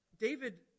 David